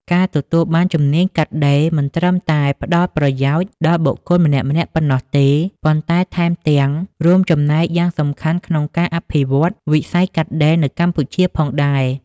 ការទទួលបានជំនាញកាត់ដេរមិនត្រឹមតែផ្តល់ប្រយោជន៍ដល់បុគ្គលម្នាក់ៗប៉ុណ្ណោះទេ ប៉ុន្តែថែមទាំងរួមចំណែកយ៉ាងសំខាន់ក្នុងការ អភិវឌ្ឍវិស័យកាត់ដេរ នៅកម្ពុជាផងដែរ។